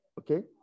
Okay